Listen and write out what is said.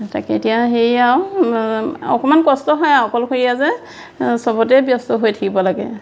তাকে এতিয়া সেয়ে আও অকমান কষ্ট হয় আও অকলশৰীয়া যে চবতে ব্যস্ত হৈ থাকিব লাগে